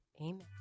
Amen